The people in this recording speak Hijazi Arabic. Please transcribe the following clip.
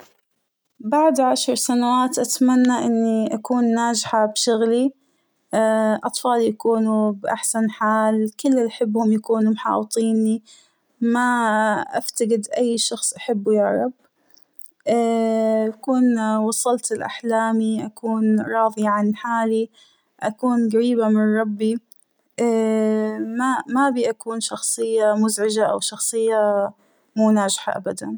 بعد عشرسنوات أتمنى إنى أكون ناجحة بشغلى ، اا- أطفالى يكونوا بأحسن حال ، كل اللى بحبهم يكونوا محاوطنى ، مااا أفتقد أى شخص أحبه يارب ، أكون وصلت لاحلامى أكون راضى عن حالى ، أكون قريبة من ربى ، مأبى أكون شخصية مزعجة أو شخصية مو ناجحة أبداً.